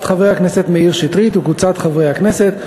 הצעת חבר הכנסת מאיר שטרית וקבוצת חברי הכנסת,